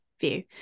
view